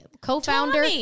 co-founder